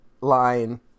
line